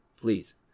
Please